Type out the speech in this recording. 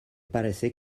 parece